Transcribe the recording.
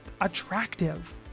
attractive